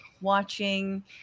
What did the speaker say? watching